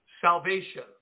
salvation